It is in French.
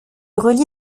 relie